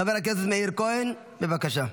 חבר הכנסת מאיר כהן, בבקשה.